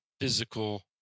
physical